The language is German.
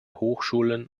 hochschulen